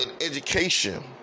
education